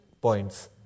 points